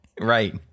Right